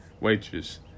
Waitress